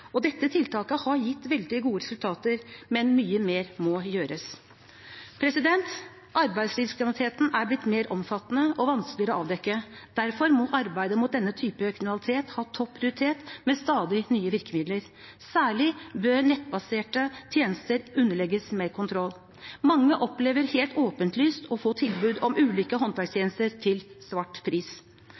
bransjer. Dette tiltaket har gitt veldig gode resultater, men mye mer må gjøres. Arbeidslivskriminaliteten er blitt mer omfattende og vanskeligere å avdekke. Derfor må arbeidet mot denne typen kriminalitet ha topp prioritet, med stadig nye virkemidler. Særlig bør nettbaserte tjenester underlegges mer kontroll. Mange opplever helt åpenlyst å få tilbud om ulike håndverkstjenester til svart pris.